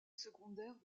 secondaire